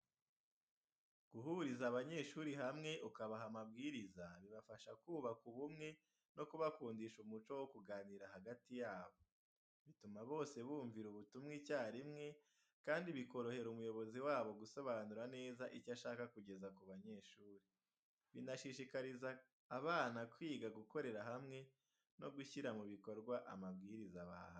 Guhuriza abanyeshuri hamwe ukabaha amabwiriza bibafasha kubaka ubumwe no kubakundisha umuco wo kuganira hagati yabo. Bituma bose bumvira ubutumwa icyarimwe, kandi bikorohera umuyobozi wabo gusobanura neza icyo ashaka kugeza ku banyeshuri. Binashishikariza abana kwiga gukorera hamwe no gushyira mu bikorwa amabwiriza bahawe.